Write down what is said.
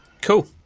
Cool